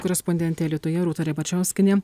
korespondentė alytuje rūta ribačiauskienė